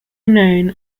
known